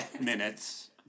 minutes